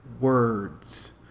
words